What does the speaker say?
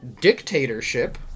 dictatorship